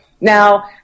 Now